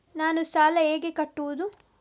ನಾನು ಸಾಲ ಹೇಗೆ ಕಟ್ಟುವುದು?